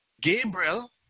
Gabriel